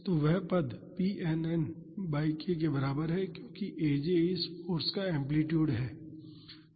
तो वह पद p n n by k के बराबर है क्योंकि aj इस फाॅर्स का एम्पलीटूड है